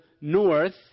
north